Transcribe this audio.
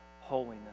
holiness